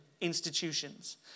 institutions